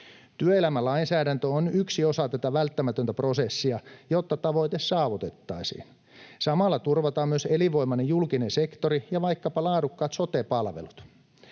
Työelämälainsäädäntö on yksi osa tätä välttämätöntä prosessia, jotta tavoite saavutettaisiin. Samalla turvataan myös elinvoimainen julkinen sektori ja vaikkapa laadukkaat sote-palvelut.